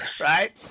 Right